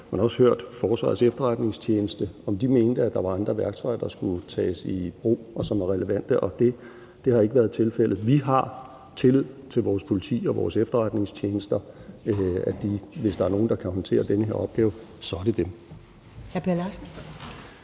man jo også hørt, om Forsvarets Efterretningstjeneste mente, at der var andre værktøjer, der skulle tages i brug, og som var relevante. Og det har ikke været tilfældet. Vi har tillid til vores politi og vores efterretningstjenester og til, at hvis der er nogen, der kan håndtere den her opgave, er det dem.